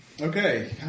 Okay